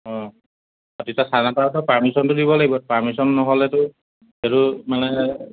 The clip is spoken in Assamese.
অঁ তাৰপিছত থানাৰপৰা পাৰ্মিশ্যনটো দিব লাগিব পাৰ্মিশ্যন নহ'লেতো সেইটো মানে